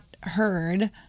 heard